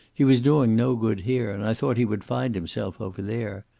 he was doing no good here, and i thought he would find himself over there.